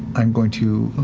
i'm going to.